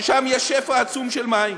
ששם יש שפע עצום של מים.